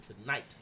tonight